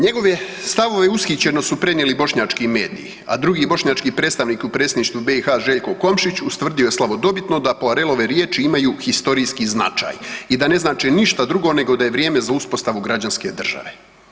Njegove stavove ushićeno su prenijeli bošnjački mediji, a drugi bošnjački predstavnik u Predsjedništvu BiH Željko Komšić ustvrdio je slavodobitno da Poirelove riječi imaju historijski značaj i da ne znače ništa drugo nego da je vrijeme za uspostavu građanske države.